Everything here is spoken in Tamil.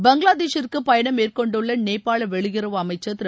பங்களாதேசிற்குபயணம் மேற்கொண்டுள்ளநேபாளவெளியுறவு அமைச்சர் திரு